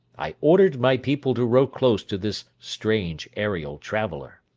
i ordered my people to row close to this strange aerial traveller.